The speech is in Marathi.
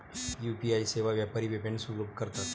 यू.पी.आई सेवा व्यापारी पेमेंट्स सुलभ करतात